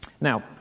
Now